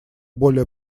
более